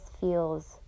feels